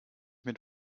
mit